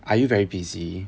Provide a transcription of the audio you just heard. are you very busy